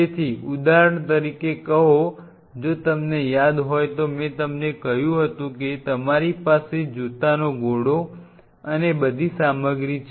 તેથી ઉદાહરણ તરીકે કહો જો તમને યાદ હોય તો મેં તમને કહ્યું હતું કે તમારી પાસે જૂતાનો ઘોડો અને બધી સામગ્રી છે